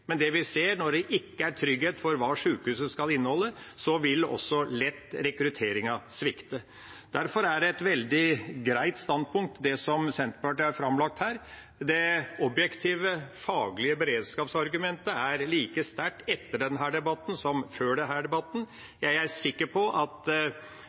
men det vi ser, er at når det ikke er trygghet for hva sykehuset skal inneholde, vil rekrutteringen lett svikte. Derfor er det et veldig greit standpunkt Senterpartiet har framlagt her. Det objektive faglige beredskapsargumentet er like sterkt etter denne debatten som før